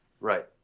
Right